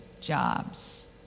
jobs